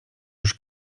już